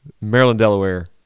Maryland-Delaware